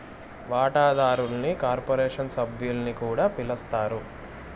వాటాదారుల్ని కార్పొరేషన్ సభ్యులని కూడా పిలస్తారు